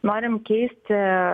norim keisti